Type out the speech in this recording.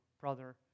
brother